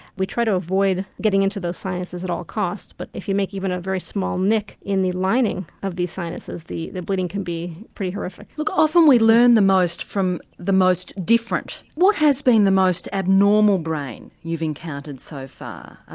we try to avoid getting into those sinuses at all costs. but if you make even a very small nick in the lining of these sinuses the the bleeding can be pretty horrific. look, often we learn the most from the most different. what has been the most abnormal brain you've encountered so far,